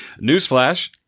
newsflash